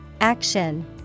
Action